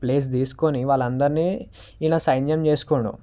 place తీసుకుని వాళ్ళ అందరిని ఇలా సైన్యం చేసుకోండు